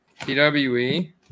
PWE